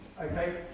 okay